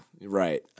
right